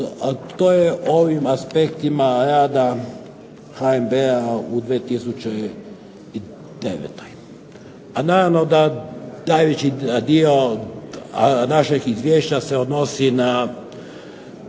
to je ovim aspektima rada HNB-a u 2009. A naravno da najveći dio našeg izvješća se odnosi na